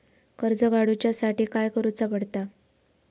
कर्ज काडूच्या साठी काय करुचा पडता?